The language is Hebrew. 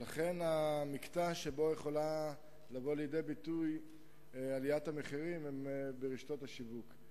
לכן המקטע שבו יכולה לבוא לידי ביטוי עליית המחירים הוא רשתות השיווק.